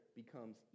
becomes